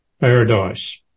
paradise